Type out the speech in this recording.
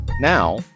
now